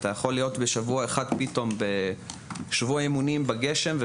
אתה יכול להיות בשבוע אחד פתאום בשבוע אימונים בגשם,